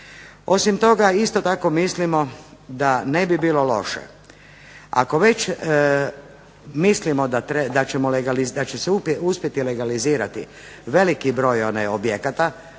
Osim toga, isto tako mislimo da ne bi bilo loše ako već mislimo da će se uspjeti legalizirati veliki broj objekata,